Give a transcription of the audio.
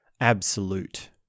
absolute